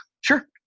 Sure